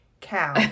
cow